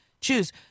choose